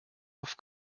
auf